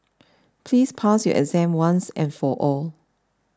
please pass your exam once and for all